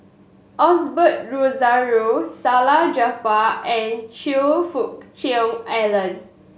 Osbert Rozario Salleh Japar and Choe Fook Cheong Alan